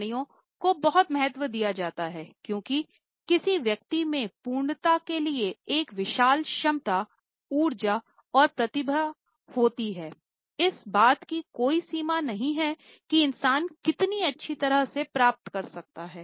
प्राणियों को बहुत महत्व दिया जाता है क्योंकि किसी व्यक्ति में पूर्णता के लिए एक विशाल क्षमता ऊर्जा और प्रतिभा होती है इस बात की कोई सीमा नहीं है कि इंसान कितनी अच्छी तरह से प्राप्त कर सकता है